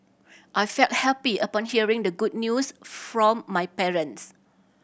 I felt happy upon hearing the good news from my parents